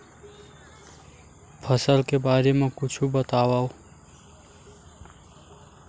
फसल के बारे मा कुछु बतावव